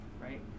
right